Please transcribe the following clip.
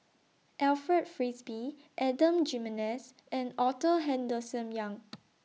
Alfred Frisby Adan Jimenez and Arthur Henderson Young